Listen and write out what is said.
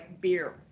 beer